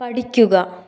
പഠിക്കുക